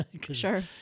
Sure